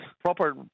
proper